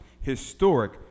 historic